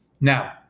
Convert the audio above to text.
Now